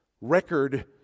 record